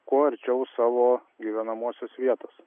kuo arčiau savo gyvenamosios vietos